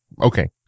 okay